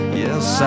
yes